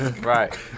right